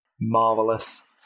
marvelous